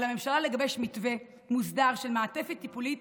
על הממשלה לגבש מתווה מוסדר של מעטפת טיפולית